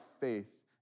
faith